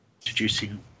introducing